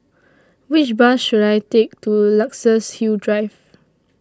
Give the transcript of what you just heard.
Which Bus should I Take to Luxus Hill Drive